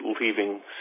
leaving